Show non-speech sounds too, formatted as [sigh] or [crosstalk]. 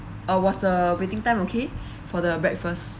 uh was the waiting time okay [breath] for the breakfast